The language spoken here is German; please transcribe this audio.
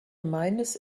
meines